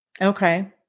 Okay